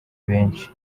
benshi